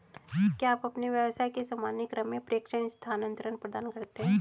क्या आप अपने व्यवसाय के सामान्य क्रम में प्रेषण स्थानान्तरण प्रदान करते हैं?